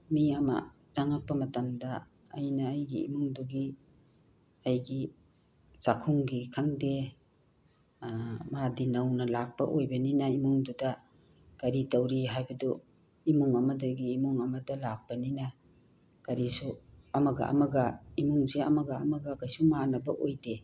ꯃꯤ ꯑꯃ ꯆꯪꯉꯛꯄ ꯃꯇꯝꯗ ꯑꯩꯅ ꯑꯩꯒꯤ ꯏꯃꯨꯡꯗꯨꯒꯤ ꯑꯩꯒꯤ ꯆꯥꯛꯈꯨꯝꯒꯤ ꯈꯪꯗꯦ ꯃꯥꯗꯤ ꯅꯧꯅ ꯂꯥꯛꯄ ꯑꯣꯏꯕꯅꯤꯅ ꯏꯃꯨꯡꯗꯨꯗ ꯀꯔꯤ ꯇꯧꯔꯤ ꯍꯥꯏꯕꯗꯨ ꯏꯃꯨꯡ ꯑꯃꯗꯒꯤ ꯏꯃꯨꯡ ꯑꯃꯗ ꯂꯥꯛꯄꯅꯤꯅ ꯀꯔꯤꯁꯨ ꯑꯃꯒ ꯑꯃꯒ ꯏꯃꯨꯡꯁꯦ ꯑꯃꯒ ꯑꯃꯒ ꯀꯩꯁꯨ ꯃꯥꯅꯕ ꯑꯣꯏꯗꯦ